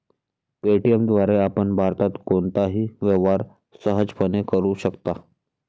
Paytm द्वारे आपण भारतात कोणताही व्यवहार सहजपणे करू शकता